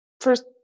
first